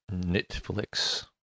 Netflix